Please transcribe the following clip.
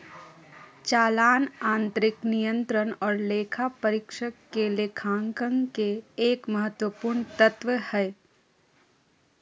चालान आंतरिक नियंत्रण आर लेखा परीक्षक के लेखांकन के एक महत्वपूर्ण तत्व हय